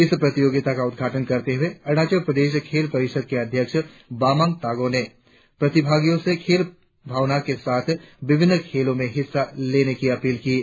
इस प्रतियोगिता का उद्घाटन करते हुए अरुणाचल प्रदेश खेल परिषद के अध्यक्ष बामांग तागो ने प्रतिभागियो से खेल भावना के साथ विभिन्न खेलो में हिस्सा लेने की अपील की है